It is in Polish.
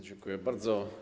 Dziękuję bardzo.